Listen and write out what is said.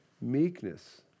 meekness